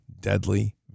deadly